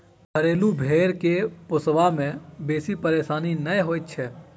घरेलू भेंड़ के पोसबा मे बेसी परेशानी नै होइत छै